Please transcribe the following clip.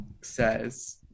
says